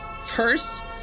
First